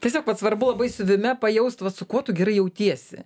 tiesiog vat svarbu labai siuvime pajaust su kuo tu gerai jautiesi